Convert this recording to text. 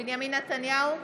בנימין נתניהו,